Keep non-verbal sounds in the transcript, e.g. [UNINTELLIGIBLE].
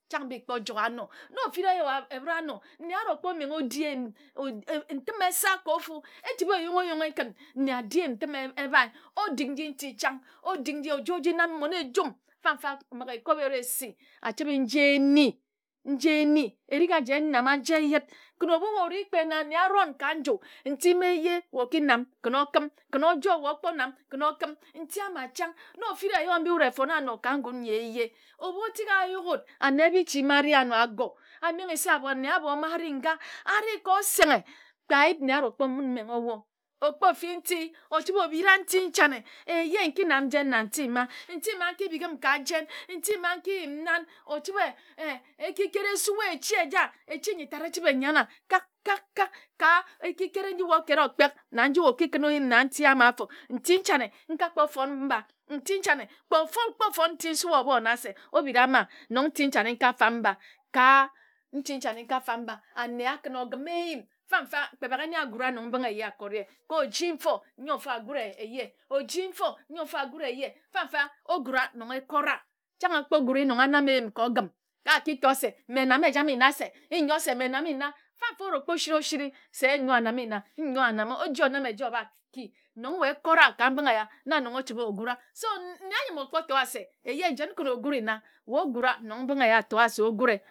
Chang bi kpo joe ano no ofira eyo obhəre ano nne a ro kpo menghe o di eyim ntən esa ka ofu. E chəbhe yungha o yunghe kən nne a di eyim ntəm ebha o dik nji nti chang o dik oji oji nam mmon ejum mfanfa məghe kob eresi a chəbhe nje eni. Erik aji e nama nje yər kən ebhu we or na ane kpe aron ka nju nti mma eye we oki nam kən o kəm kən o jo nti ama chang na ofiraeyo mbi wut e fono ano ka ngun nyi eye obhu tik a yak wut. Ane bichi mma a ri ano ago a menghe se ane abho mma ari nga a ri ka osenghe. Kpe ayip nne a ro kpo menghe o wo o kpo fi nti o chəbhe o bhira nti nchane e yei n ki nam jen na nti mma n ki yim nan o chəbhe ee [HESITATION] ekikere [UNINTELLIGIBLE] e sure ka echi eja. Echi nji tat e chebhe e nyana wa. Eki kere e e sue echi eja. Echi nji tat e chəbhe e nyana wa kak kak ka ekikere nji we o kera o kpek na nji we okiki kən o yim na nti ama afo. Nti nchane n kpo fon mba. Nti nchane kpe o kpo fon nti nsue wa obho nna se o bhira mma nong nti nchane n ka fam mba. Ka nti nchane n ka fam mba ane a kən ogim eyim mganfa kpe baghe nne a gura nong ne bənghe eye a kore ye o ji nfo nyo nfo a gure eye o ji mfo nyo nfo a gure eye mfanfa o gura nong e kore chnag a kpo gure nong a nama eyim ka a ki to se mme n nama ejame nna se. Nyo se mme n name nna fanfa o ro kpo siri o siri se nyo a name nna o ji o nam eja obha ki nong we e kora ka mbənghe eya na nong o chəbhe o gura. So [UNINTELLIGIBLE] nne a nyəm o kpo to wa se eyei jen kən o guri nna we o gura nong mbənghe eya a toe wa se o gure